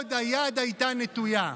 ועוד היד הייתה נטויה.